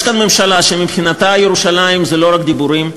יש כאן ממשלה שמבחינתה ירושלים זה לא רק דיבורים,